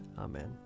Amen